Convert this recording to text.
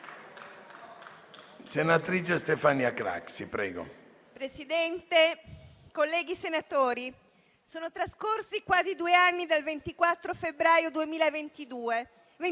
Presidente, colleghi senatori, sono trascorsi quasi due anni dal 24 febbraio 2022,